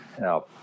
Now